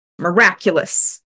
miraculous